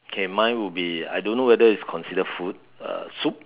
okay mine would be I don't know whether it's considered food uh soup